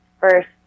first